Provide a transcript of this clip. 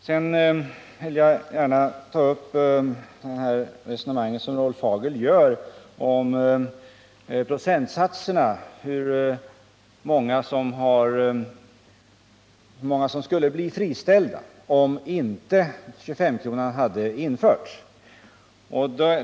Sedan vill jag ta upp Rolf Hagels resonemang om procentsatser i samband med beräkningen av hur många som skulle ha blivit friställda, om systemet med 25-kronan inte hade införts.